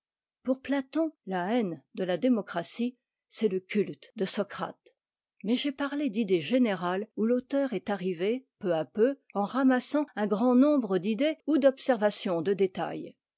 pour platon la haine de la démocratie c'est le culte de socrate mais j'ai parlé d'idées générales où l'auteur est arrivé peu à peu en ramassant un grand nombre d'idées ou d'observations de détail